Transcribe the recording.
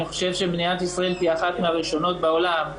אני חושב שמדינת ישראל תהיה אחת מן הראשונות בעולם,